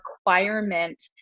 requirement